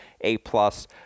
A-plus